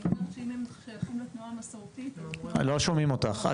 אני אומרת שאם הם שייכים לתנועה המסורתית --- לא שומעים אותך.